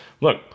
look